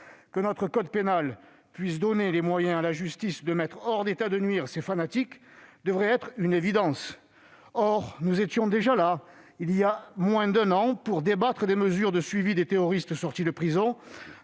Que notre code pénal puisse donner les moyens à la justice de mettre hors d'état de nuire ces fanatiques, cela devrait être une évidence. Or, nous étions déjà là, il y a moins d'un an, pour débattre des mesures de suivi des terroristes sortis de prison.